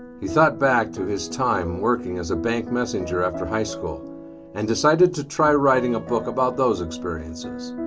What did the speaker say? he thought back to his time working as a bank messenger after high school and decided to try writing a book about those experiences.